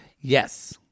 Yes